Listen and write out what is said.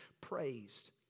praised